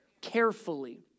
Carefully